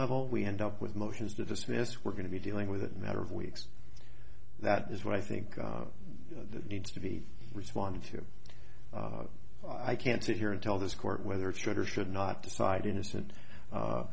level we end up with motions to dismiss we're going to be dealing with it matter of weeks that is what i think needs to be responded to i can't sit here and tell this court whether it should or should not decide innocent